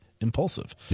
impulsive